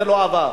זה לא עבר,